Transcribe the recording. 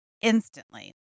instantly